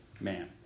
man